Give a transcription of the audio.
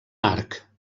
arc